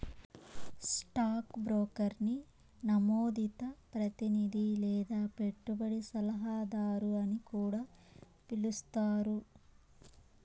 stock బ్రోకర్ని నమోదిత ప్రతినిది లేదా పెట్టుబడి సలహాదారు అని కూడా పిలిస్తారు